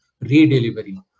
re-delivery